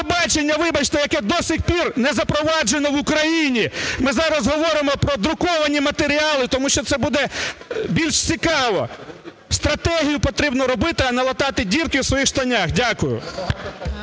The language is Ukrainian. телебачення, вибачте, яке до сих пір не запроваджено в Україні. Ми зараз говоримо про друковані матеріали, тому що це буде більш цікаво. Стратегію потрібно робити, а не латати дірки у своїх штанях. Дякую.